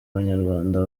abanyarwanda